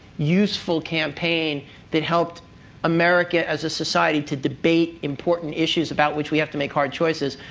useful campaign that helped america, as a society, to debate important issues about which we have to make hard choices?